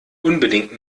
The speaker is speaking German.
unbedingt